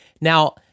Now